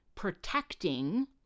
protecting